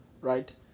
right